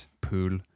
pool